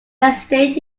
estate